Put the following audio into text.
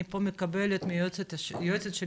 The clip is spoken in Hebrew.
אני מקבלת פה מהיועצת שלי,